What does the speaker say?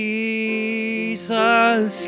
Jesus